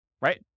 right